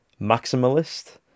maximalist